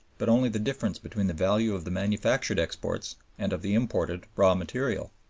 but only the difference between the value of the manufactured exports and of the imported raw material.